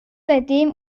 seitdem